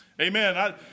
Amen